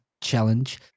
challenge